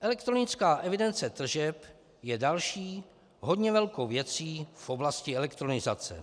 Elektronická evidence tržeb je další hodně velkou věcí v oblasti elektronizace.